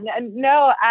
No